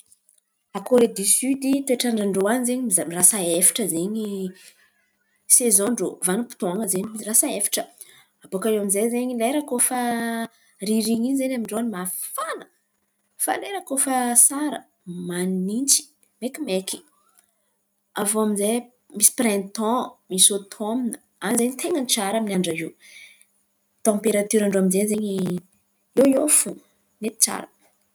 A Kore di sidy toetrandra ndrô any zen̈y mizar- mirasa efatra zen̈y sezondrô vanimpoton̈a zen̈y mirasa efatra. Bôka iô aminjay zen̈y lera koa fa ririn̈iny zen̈y amindrô mafana, fa lera koa fa asara manintsy maikimaiky. Aviô aminjay misy pirainton, misy ôtomina an̈y zen̈y ten̈a tsara amin'ny andra io. Tamperatiran-drô aminjay zen̈y, iô iô fo, mety tsara.